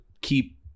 keep